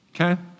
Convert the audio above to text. okay